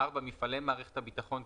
מפעלי מערכת הביטחון,